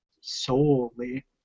Solely